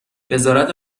وزارت